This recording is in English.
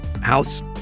house